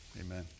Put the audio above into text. amen